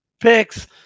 picks